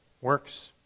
works